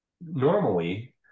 Normally